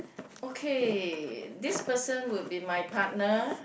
okay this person would be my partner